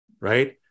Right